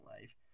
life